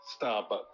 starbucks